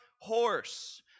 horse